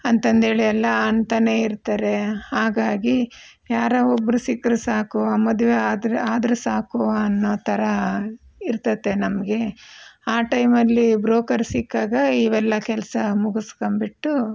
ಅಂತಂದು ಹೇಳಿ ಎಲ್ಲ ಅಂತಾನೇ ಇರ್ತಾರೆ ಹಾಗಾಗಿ ಯಾರೋ ಒಬ್ರು ಸಿಕ್ರೆ ಸಾಕು ಮದುವೆ ಆದರೆ ಆದರೆ ಸಾಕು ಅನ್ನೋ ಥರ ಇರ್ತೈತೆ ನಮಗೆ ಆ ಟೈಮಲ್ಲಿ ಬ್ರೋಕರ್ ಸಿಕ್ಕಾಗ ಇವೆಲ್ಲ ಕೆಲಸ ಮುಗಿಸ್ಕೊಂಬಿಟ್ಟು